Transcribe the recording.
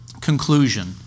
Conclusion